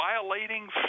violating